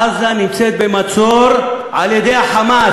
עזה נמצאת במצור על-ידי ה"חמאס",